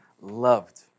Loved